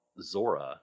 zora